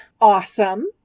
Awesome